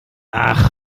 ach